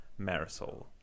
Marisol